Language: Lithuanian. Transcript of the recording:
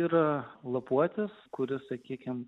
ir lapuotis kuris sakykime